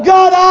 God